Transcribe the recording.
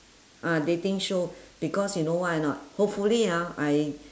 ah dating show because you know why or not hopefully ah I